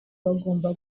bagomba